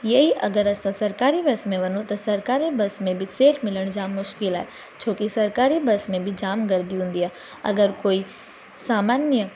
हियं ई अगरि असां सरकारी बस में वञूं त सरकारी बस में बि सीट मिलण जाम मुश्किल आहे छोकी सरकारी बस में बि जाम गर्दी हूंदी आहे अगरि कोई सामान्य